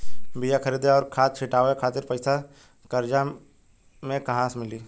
बीया खरीदे आउर खाद छिटवावे खातिर पईसा कर्जा मे कहाँसे मिली?